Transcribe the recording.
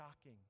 shocking